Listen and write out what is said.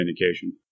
indication